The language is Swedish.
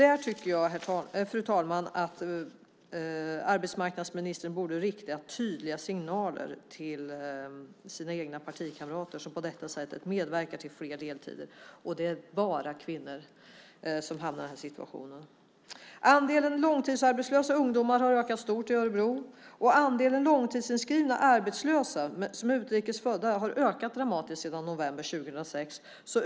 Där tycker jag, fru talman, att arbetsmarknadsministern borde rikta tydliga signaler till sina egna partikamrater som på detta sätt medverkar till fler deltider. Det är bara kvinnor som hamnar i den situationen. Andelen långtidsarbetslösa ungdomar har ökat stort i Örebro, och andelen långtidssjukskrivna arbetslösa, som är utrikesfödda, har ökat dramatiskt sedan november 2006.